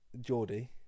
Geordie